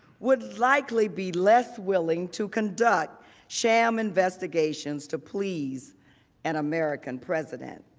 would likely be less willing to conduct sham investigations to please an american president.